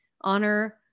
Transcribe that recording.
honor